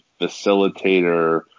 facilitator